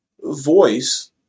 Voice